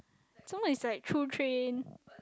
so what is like to train